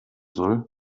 soll